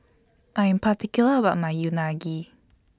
I Am particular about My Unagi